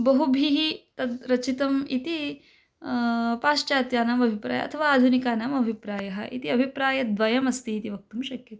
बहुभिः तद् रचितम् इति पाश्चात्यानाम् अभिप्रायः अथवा आधुनिकानाम् अभिप्रायः इति अभिप्रायद्वयम् अस्ति इति वक्तुं शक्यते